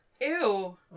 Ew